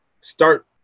start